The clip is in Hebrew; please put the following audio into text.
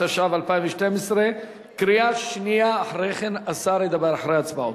התשע"ב 2012. השר ידבר אחרי ההצבעות.